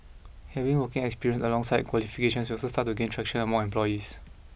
having working experience alongside qualifications will also start to gain traction among employees